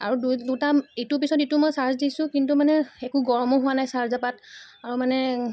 আৰু দুই দুটা ইটোৰ পিছত সিটো মই চাৰ্জ দিছোঁ কিন্তু মানে একো গৰমো হোৱা নাই চাৰ্জাৰপাত আৰু মানে